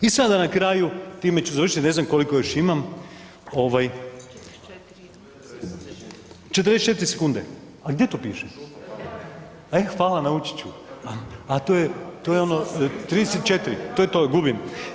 I sada na kraju, time ću završiti ne znam koliko još imam ovaj, 44 sekunde, a gdje to piše, e hvala naučit ću, a to je ono 34, to je to, gubim.